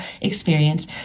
experience